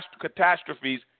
Catastrophes